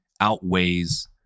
outweighs